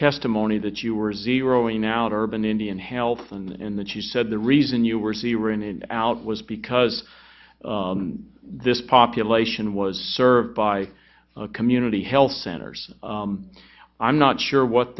testimony that you were zeroing out urban indian health and in that you said the reason you were see were in and out was because this population was served by a community health centers i'm not sure what